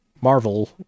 Marvel